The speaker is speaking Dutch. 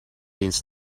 eens